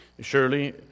Surely